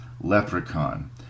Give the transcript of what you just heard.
Leprechaun